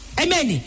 amen